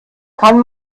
kann